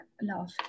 love